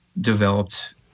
developed